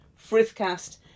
Frithcast